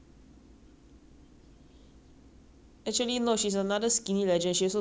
actually no she's another skinny legend she also don't eat [one] she very lazy to eat also